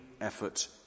effort